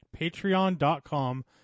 patreon.com